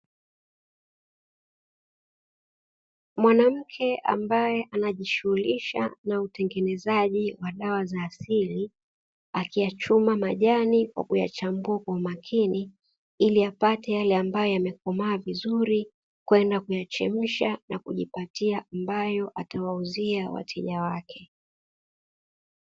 Mwanamke ambaye anajishughulisha na utengenezaji wa dawa za asili akiyachuma majani kwa kuyachambua kwa makini ili apate yale ambayo yamekomaa vizuri kwenda kuyachemsha na kujipatia ambayo atawauzia wateja wake.